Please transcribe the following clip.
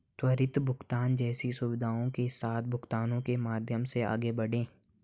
त्वरित भुगतान जैसी सुविधाओं के साथ भुगतानों के माध्यम से आगे बढ़ें